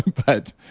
but.